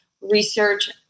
research